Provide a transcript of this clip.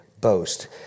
boast